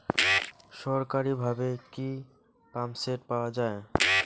সরকারিভাবে কি পাম্পসেট পাওয়া যায়?